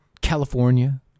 California